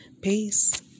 Peace